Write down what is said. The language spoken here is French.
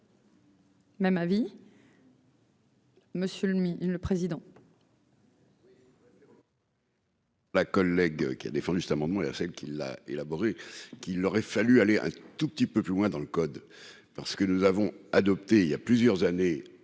Même avis. Monsieur le le président. La collègue qui a défendu cet amendement et celle qu'il a élaboré qu'il aurait fallu aller un tout petit peu plus loin dans le code, parce que nous avons adopté il y a plusieurs années,